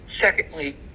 secondly